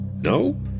No